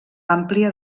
àmplia